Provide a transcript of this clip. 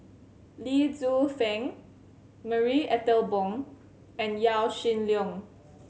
Lee Tzu Pheng Marie Ethel Bong and Yaw Shin Leong